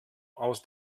aus